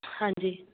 ਹਾਂਜੀ